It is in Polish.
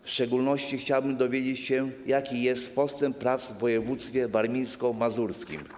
W szczególności chciałbym dowiedzieć się, jaki jest postęp prac w województwie warmińsko-mazurskim.